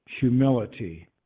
humility